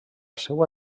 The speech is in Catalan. seua